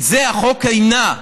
את זה החוק ימנע.